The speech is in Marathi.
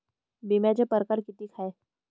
बिम्याचे परकार कितीक हाय?